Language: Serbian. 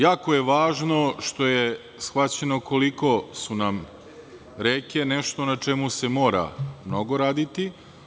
Jako je važno što je shvaćeno koliko su nam reke nešto na čemu se mora mnogo raditi.